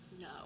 no